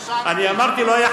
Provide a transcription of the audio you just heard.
אני אמרתי שהוא לא אמר.